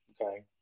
Okay